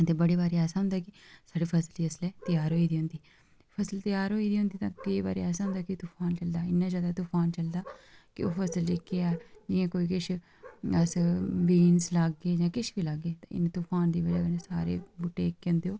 ते बड़े बारी ऐसा होंदा कि साढ़ी फसल जिसलै त्यार होई दी होंदी फसल त्यार होई दी होंदी तां केई बारी ऐसा होंदा के तुफान चलदा इन्ना जैदा चलदा ओह् जेह्की फसल ऐ जि'यां कोई किश अस बीनस लागै जां किश बी लागे ते इन तुफान दी बजह् कन्नै सारे बूह्टे केह् होंदे ओह्